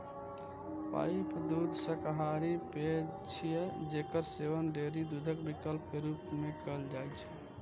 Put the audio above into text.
pipe दूध शाकाहारी पेय छियै, जेकर सेवन डेयरी दूधक विकल्प के रूप मे कैल जाइ छै